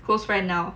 post right now